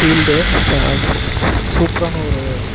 field ச up சூப்பரான ஒரு